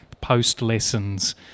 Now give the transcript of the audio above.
post-lessons